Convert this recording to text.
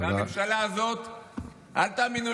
תודה רבה.